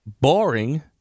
boring